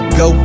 go